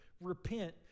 Repent